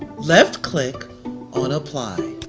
left click on apply.